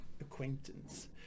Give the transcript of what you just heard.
acquaintance